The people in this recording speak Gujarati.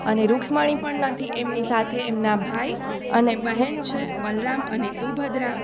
અને રૂકમણિ પણ નથી એમની સાથે એમના ભાઈ અને બહેન છે બલરામ અને સુભદ્રા